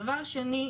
דבר שני,